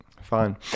fine